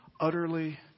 utterly